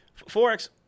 Forex